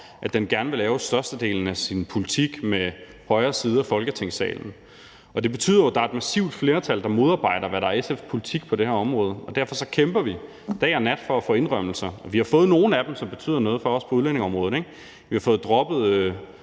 at den gerne vil lave størstedelen af sin politik med højre side af Folketingssalen. Og det betyder jo, at der er et massivt flertal, som modarbejder det, der er SF's politik på det her område, og derfor kæmper vi dag og nat for at få indrømmelser, og vi har fået nogle af dem, som betyder noget for os på udlændingeområdet. Vi har fået droppet